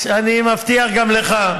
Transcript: אני מבטיח גם לך.